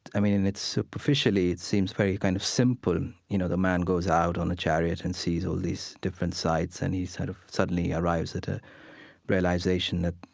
i mean, it's, superficially, it seems very kind of simple. you know, the man goes out on a chariot and sees all these different sights. and he sort of suddenly arrives at a realization that,